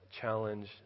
challenge